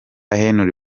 henry